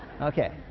okay